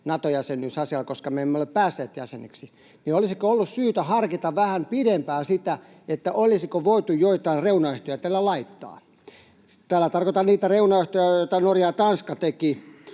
hirveä kiire, koska me emme ole päässeet jäseneksi, niin olisiko ollut syytä harkita vähän pidempään sitä, olisiko voitu joitain reunaehtoja tälle laittaa? Tällä tarkoitan niitä reunaehtoja, joita Norja ja Tanska tekivät.